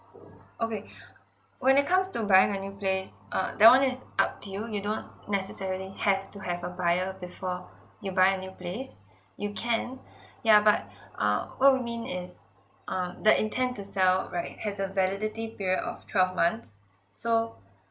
okay when it comes to buying a new place uh that one is up to you you don't necessarily have to have a buyer before you buy a new place you can ya but uh what we mean is uh the intent to sell right has the validity period of twelve months so